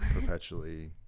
perpetually